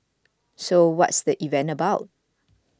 so what's the event about